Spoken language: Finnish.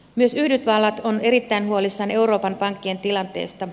myös yhdysvallat on erittäin huolissaan euroopan pankkien tilanteesta